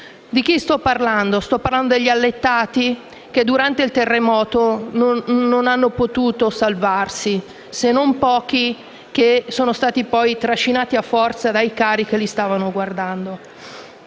e arrivare all'auto». Sto parlando degli allettati, che durante il terremoto non hanno potuto salvarsi, se non pochi, che sono stati trascinati a forza dai cari che li stavano guardando.